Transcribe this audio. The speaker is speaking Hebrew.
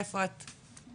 ואיפה את גרה?